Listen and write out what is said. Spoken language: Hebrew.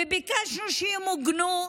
וביקשנו שימוגנו?